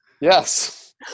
Yes